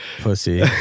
Pussy